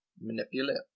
manipulate